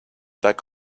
back